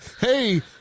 hey